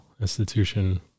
institution